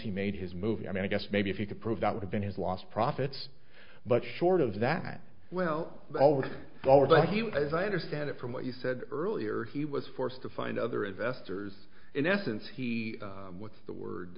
he made his movie i mean i guess maybe if you could prove that would have been his last profits but short of that well almost all of us as i understand it from what you said earlier he was forced to find other investors in essence he with the word